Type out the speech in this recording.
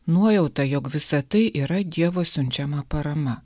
nuojauta jog visa tai yra dievo siunčiama parama